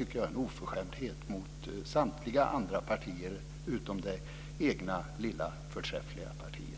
är en oförskämdhet mot samtliga andra partier utom det egna lilla förträffliga partiet att göra gällande att den lagstiftande församlingen struntar i den här frågan.